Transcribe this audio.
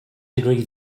degree